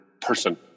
person